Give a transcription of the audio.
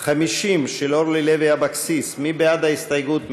50, של אורלי לוי אבקסיס, מי בעד ההסתייגות?